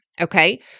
okay